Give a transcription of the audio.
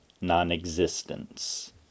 non-existence